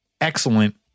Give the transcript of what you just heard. excellent